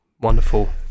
wonderful